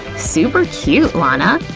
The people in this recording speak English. super cute, lana!